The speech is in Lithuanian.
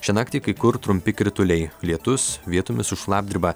šią naktį kai kur trumpi krituliai lietus vietomis su šlapdriba